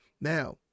now